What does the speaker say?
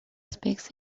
speaks